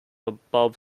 above